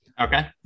Okay